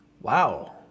Wow